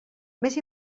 més